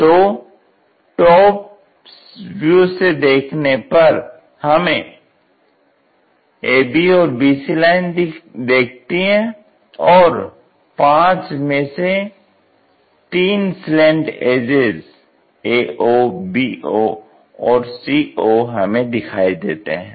तो top view से देखने पर हमें ab और bc लाइन दिखती है और पांच में से तीन स्लैंट एजेज़ ao bo और co हमें दिखाई देते हैं